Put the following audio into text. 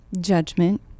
judgment